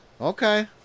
Okay